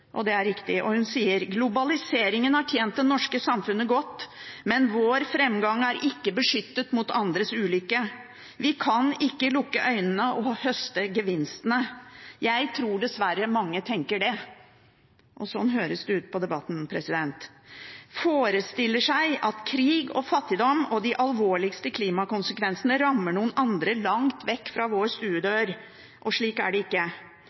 og det er riktig. Og hun skriver: «Globaliseringen har tjent det norske samfunnet godt. Men vår fremgang er ikke beskyttet mot andres ulykke. Vi kan ikke lukke øynene og høste gevinstene. Jeg tror dessverre mange fortsatt tenker det.» – Og sånn høres det ut på debatten. Hun skriver videre: «Forestiller seg at krig, fattigdom og de alvorligste klima-konsekvensene rammer noen andre, langt fra vår stuedør. Slike er det jo ikke.